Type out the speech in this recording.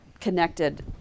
connected